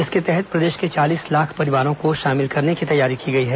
इसके तहत प्रदेश के चालीस लाख परिवारों को शामिल करने की तैयारी की गई है